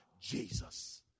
Jesus